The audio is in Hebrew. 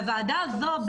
הוועדה הזו,